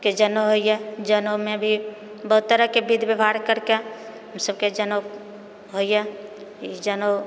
के जनउ होइए जनउमे भी बहुत तरहकेँ विध व्यवहार करिके हमसभकेँ जनउ होइए इस जनउ